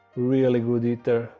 really good eater